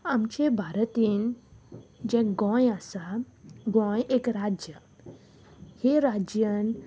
आमचे भारतीन जें गोंय आसा गोंय एक राज्य हे राज्यान